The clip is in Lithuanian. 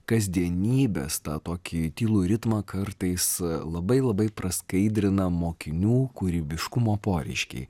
kasdienybės tą tokį tylų ritmą kartais labai labai praskaidrina mokinių kūrybiškumo poreiškiai